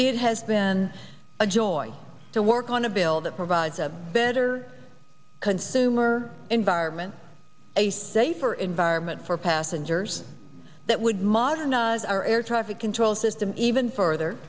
it has been a joy to work on a bill that provides a better consumer environment a safer environment for passengers that would modernize our air traffic control system even further